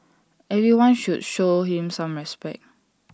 everyone should show him some respect